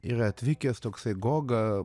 yra atvykęs toksai goga